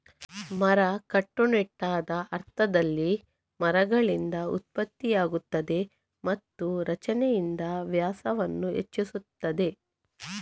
ಮರ, ಕಟ್ಟುನಿಟ್ಟಾದ ಅರ್ಥದಲ್ಲಿ, ಮರಗಳಿಂದ ಉತ್ಪತ್ತಿಯಾಗುತ್ತದೆ ಮತ್ತು ರಚನೆಯಿಂದ ವ್ಯಾಸವನ್ನು ಹೆಚ್ಚಿಸುತ್ತದೆ